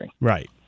right